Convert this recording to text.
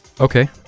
Okay